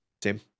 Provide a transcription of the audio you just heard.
Tim